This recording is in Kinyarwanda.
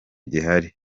gihari